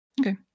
Okay